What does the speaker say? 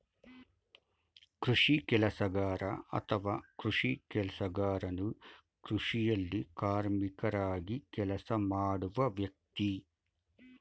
ಕೃಷಿ ಕೆಲಸಗಾರ ಅಥವಾ ಕೃಷಿ ಕೆಲಸಗಾರನು ಕೃಷಿಯಲ್ಲಿ ಕಾರ್ಮಿಕರಾಗಿ ಕೆಲಸ ಮಾಡುವ ವ್ಯಕ್ತಿ